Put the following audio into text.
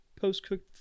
post-cooked